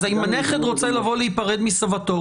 אז אם הנכד רוצה להיפרד מסבתו,